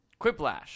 Quiplash